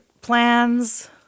plans